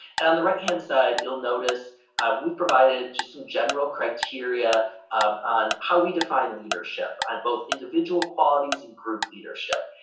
and on the right hand side you'll notice we've provided just some general criteria on how we define leadership on both individual qualities and group leadership.